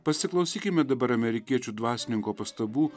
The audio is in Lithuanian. pasiklausykime dabar amerikiečių dvasininko pastabų